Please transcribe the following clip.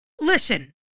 listen